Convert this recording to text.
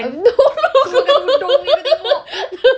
no no no